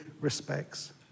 respects